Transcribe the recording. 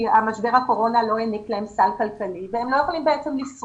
כי משבר הקורונה לא העניק להם סל כלכלי והם לא יכולים לשרוד.